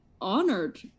honored